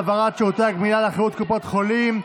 העברת שירותי הגמילה לאחריות קופות החולים).